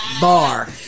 Bar